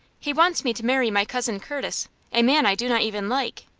he wants me to marry my cousin curtis a man i do not even like.